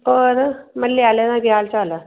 होर म्हल्ले आह्लें दा केह् हाल चाल ऐ